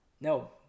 No